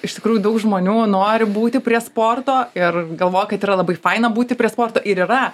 iš tikrųjų daug žmonių nori būti prie sporto ir galvoja kad yra labai faina būti prie sporto ir yra